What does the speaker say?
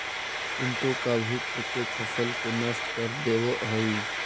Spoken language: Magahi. कीटों का भी प्रकोप फसल को नष्ट कर देवअ हई